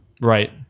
right